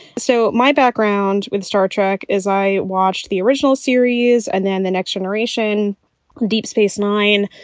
so my background with star trek is i watched the original series and then the next generation deep space nine,